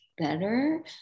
better